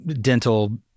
dental